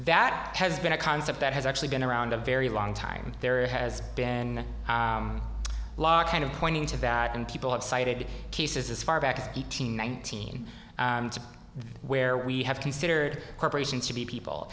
that has been a concept that has actually been around a very long time there has been law kind of pointing to that and people have cited cases as far back as eighteen nineteen where we have considered corporations to be people